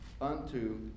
unto